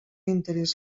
interès